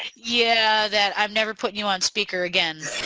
yeah that i've never put you on speaker again.